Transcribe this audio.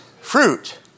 Fruit